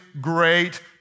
great